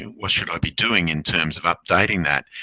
what should i be doing in terms of updating that?